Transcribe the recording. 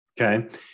Okay